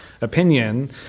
opinion